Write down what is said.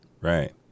Right